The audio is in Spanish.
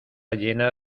llena